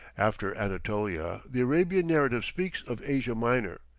after anatolia, the arabian narrative speaks of asia minor.